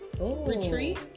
Retreat